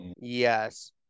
Yes